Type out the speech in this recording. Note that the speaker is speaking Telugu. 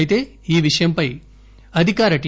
అయితే ఈ విషయంపై అధికార టి